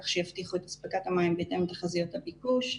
כך שיבטיחו את אספקת המים בהתאם לתחזיות הביקוש.